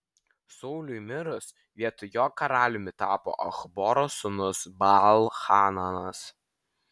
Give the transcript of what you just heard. sauliui mirus vietoj jo karaliumi tapo achboro sūnus baal hananas